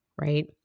right